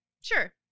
Sure